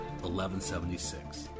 1176